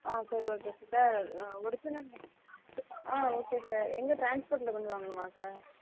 ஆ சரி okay sir sir original ஆ okay sir எங்கே ட்ரான்ஸ்போர்ட்டில் கொண்டு போய் வாங்கணுமா சார்